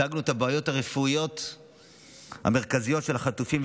הצגנו את הבעיות הרפואיות המרכזיות של החטופים,